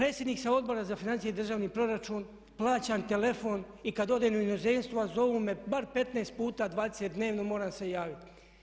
Predsjednik sam Odbora za financije i državni proračun, plaćam telefon i kad odem u inozemstvo, a zovu me bar 15 puta, 20 dnevno, moram se javiti.